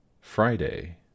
Friday